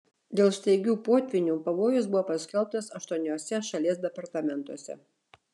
dėl staigių potvynių pavojus buvo paskelbtas aštuoniuose šalies departamentuose